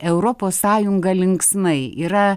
europos sąjunga linksmai yra